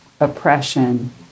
oppression